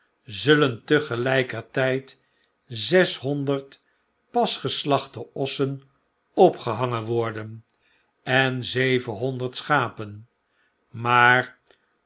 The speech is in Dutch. zullen tegeljjkertydzeshonderd pas geslachte ossen opgehangen worden en zevenhonderd schapen maar